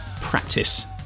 Practice